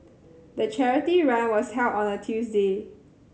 the charity run was held on a Tuesday